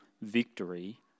victory